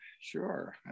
Sure